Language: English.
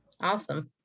Awesome